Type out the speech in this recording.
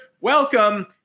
welcome